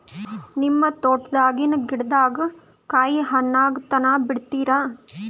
ನಿಮ್ಮ ತೋಟದಾಗಿನ್ ಗಿಡದಾಗ ಕಾಯಿ ಹಣ್ಣಾಗ ತನಾ ಬಿಡತೀರ?